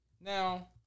Now